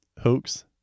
hoax